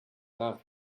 nach